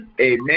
Amen